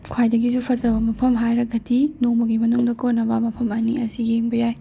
ꯈ꯭ꯋꯥꯏꯗꯒꯤꯖꯨ ꯐꯖꯕ ꯃꯐꯝ ꯍꯥꯏꯔꯒꯗꯤ ꯅꯣꯡꯃꯒꯤ ꯃꯅꯨꯡꯗ ꯀꯣꯟꯅꯕ ꯃꯐꯝ ꯑꯅꯤ ꯑꯁꯤ ꯌꯦꯡꯕ ꯌꯥꯏ